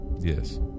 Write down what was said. Yes